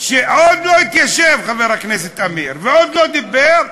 שעוד לא התיישב, חבר הכנסת אמיר, ועוד לא דיבר,